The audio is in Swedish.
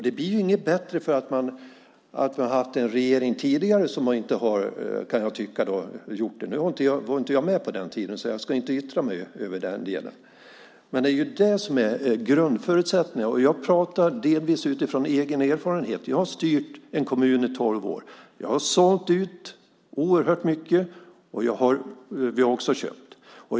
Det blir inte bättre därför att en regering tidigare inte har gjort det, kan jag tycka. Jag var inte med på den tiden så jag ska inte yttra mig i den delen. Men det är det som är grundförutsättningarna. Jag pratar delvis utifrån egen erfarenhet. Jag har styrt en kommun i tolv år. Jag har sålt ut oerhört mycket, och vi har också köpt.